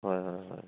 হয় হয় হয়